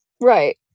right